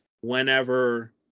whenever